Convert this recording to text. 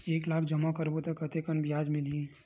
एक लाख जमा करबो त कतेकन ब्याज मिलही?